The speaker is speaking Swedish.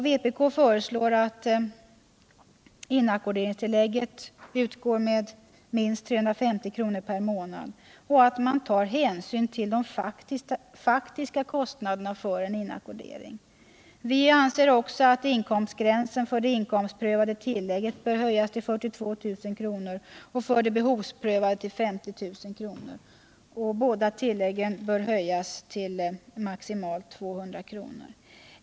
Vpk föreslår att inackorderingstillägget skall utgå med minst 350 kr. per månad och att hänsyn skall tas till faktiska kostnader för inackordering. Vpk anser också att inkomstgränsen för det inkomstprövade tillägget bör höjas till 42 000 kr. och för det behovsprövade till 50 000 kr. Båda tilläggen bör höjas till maximalt 200 kr.